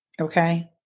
okay